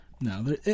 No